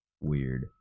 weird